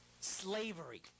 slavery